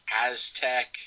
Aztec